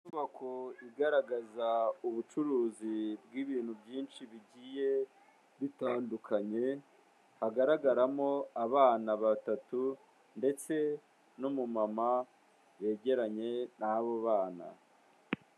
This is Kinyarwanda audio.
Inyubako igaragaza ubucuruzi bw'ibintu byinshi bigiye bitandukanye hagaragaramo abana batatu ndetse n'umumama yegeranye n'abo bana.